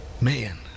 man